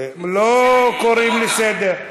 לא קוראים לסדר.